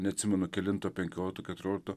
neatsimenu kelinto penkiolikto keturiolikto